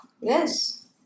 Yes